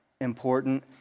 important